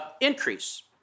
increase